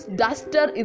duster